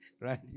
Right